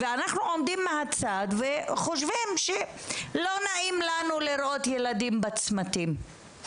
ואנחנו עומדים מהצד וחושבים שלא נעים לנו לראות ילדים בצמתים.